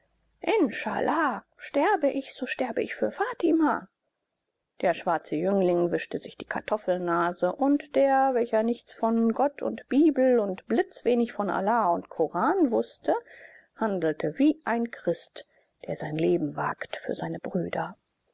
inschallah sterbe ich so sterbe ich für fatima der schwarze jüngling wischte sich die kartoffelnase und der welcher nichts von gott und bibel und blitzwenig von allah und koran wußte handelte wie ein christ der sein leben wagt für seine brüder